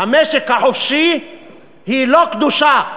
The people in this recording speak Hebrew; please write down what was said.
הדת של המשק החופשי היא לא קדושה,